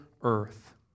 earth